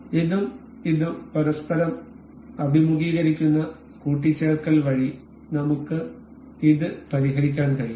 ഇതും ഇതും പരസ്പരം അഭിമുഖീകരിക്കുന്ന കൂട്ടിച്ചേർക്കൽ വഴി നമുക്ക് ഇത് പരിഹരിക്കാൻ കഴിയും